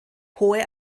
hohe